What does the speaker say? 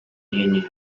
unions